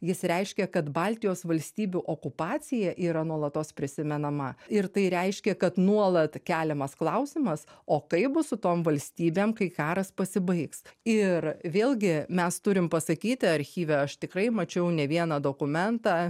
jis reiškia kad baltijos valstybių okupacija yra nuolatos prisimenama ir tai reiškia kad nuolat keliamas klausimas o taip bus su tom valstybėm kai karas pasibaigs ir vėlgi mes turim pasakyti archyve aš tikrai mačiau ne vieną dokumentą